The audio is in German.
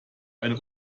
eine